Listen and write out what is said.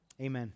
Amen